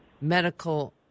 medical